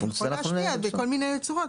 הוא יכול להשפיע בכל מיני צורות.